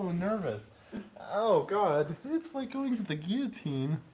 nervous oh, god, it's like going to the guillotine.